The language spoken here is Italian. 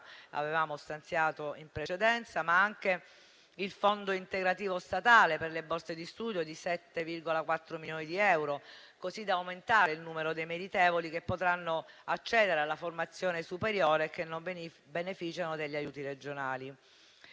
avevamo stanziato in precedenza, come anche il fondo integrativo statale per le borse di studio, di 7,4 milioni di euro, così da aumentare il numero dei meritevoli che potranno accedere alla formazione superiore e che non beneficiano degli aiuti regionali.